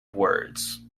words